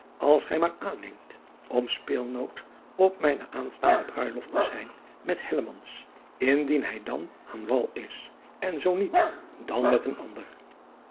als gij maar aanneemt om speelnoot op mijne aanstaande bruiloft te zijn met indien hij dan aan wal is en zoo niet dan meet een ander